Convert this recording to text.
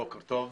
בוקר טוב.